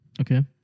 Okay